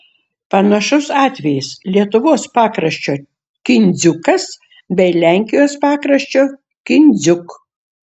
panašus atvejis lietuvos pakraščio kindziukas bei lenkijos pakraščio kindziuk